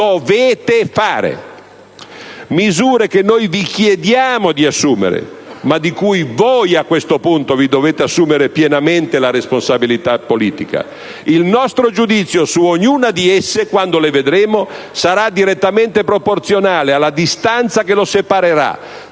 dovete fare. Misure che noi vi chiediamo di assumere, ma di cui voi vi dovete assumere pienamente la responsabilità politica. Il nostro giudizio, su ognuna di esse, quando le vedremo, sarà direttamente proporzionale alla distanza che separerà